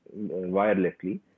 wirelessly